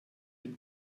dem